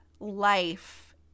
life